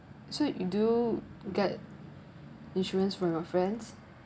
so you do get insurance from your friends